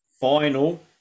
Final